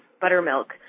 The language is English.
buttermilk